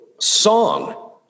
song